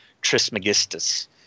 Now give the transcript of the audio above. Trismegistus